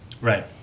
Right